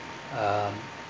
uh